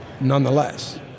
nonetheless